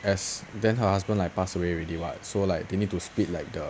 as then her husband like pass away already [what] so like they need to split like the